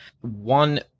one